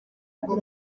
ngo